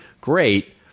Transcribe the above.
great